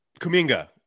Kuminga